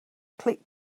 click